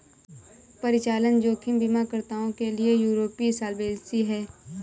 परिचालन जोखिम बीमाकर्ताओं के लिए यूरोपीय सॉल्वेंसी है